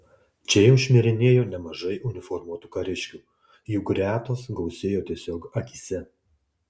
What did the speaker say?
čia jau šmirinėjo nemažai uniformuotų kariškių jų gretos gausėjo tiesiog akyse